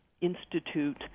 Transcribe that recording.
Institute